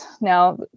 Now